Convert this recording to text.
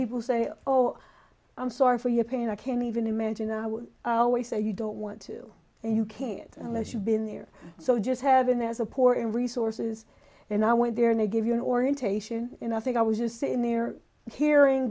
people say oh i'm sorry for your pain i can't even imagine i would always say you don't want to and you can it unless you've been there so just haven't has a poor in resources and i went there and they give you an orientation and i think i was just saying they're hearing